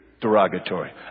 derogatory